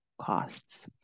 Costs